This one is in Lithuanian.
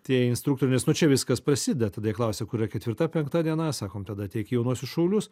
tie instruktoriai nes nuo čia viskas prasideda tada jie klausia kur yra ketvirta penkta diena sakom tada ateik į jaunuosius šaulius